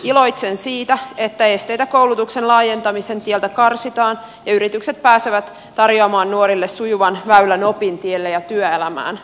iloitsen siitä että esteitä koulutuksen laajentamisen tieltä karsitaan ja yritykset pääsevät tarjoamaan nuorille sujuvan väylän opin tielle ja työelämään